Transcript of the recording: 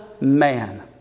man